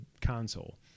console